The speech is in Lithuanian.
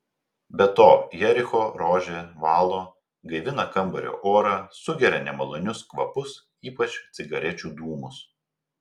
be to jericho rožė valo gaivina kambario orą sugeria nemalonius kvapus ypač cigarečių dūmus